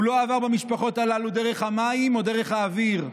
הוא לא עבר במשפחות הללו דרך המים או דרך האוויר.